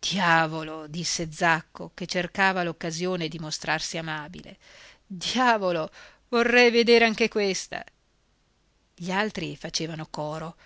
diavolo disse zacco che cercava l'occasione di mostrarsi amabile diavolo vorrei vedere anche questa gli altri facevano coro